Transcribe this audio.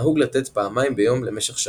נהוג לתת פעמיים ביום למשך שבוע.